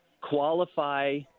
qualify